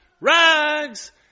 rags